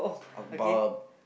about